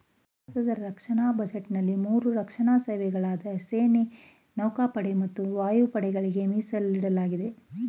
ಭಾರತದ ರಕ್ಷಣಾ ಬಜೆಟ್ನಲ್ಲಿ ಮೂರು ರಕ್ಷಣಾ ಸೇವೆಗಳಾದ ಸೇನೆ ನೌಕಾಪಡೆ ಮತ್ತು ವಾಯುಪಡೆಗಳ್ಗೆ ಮೀಸಲಿಡಲಾಗಿದೆ